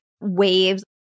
waves